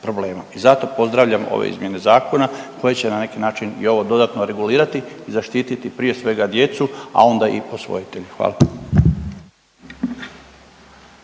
i zato pozdravljam ove izmjene zakona koje će na neki način i ovo dodatno regulirati i zaštititi prije svega djecu, a onda i posvojitelje, hvala.